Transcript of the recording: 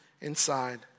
inside